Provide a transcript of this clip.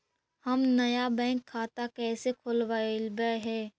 हम नया बैंक खाता कैसे खोलबाबे के है?